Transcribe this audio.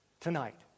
tonight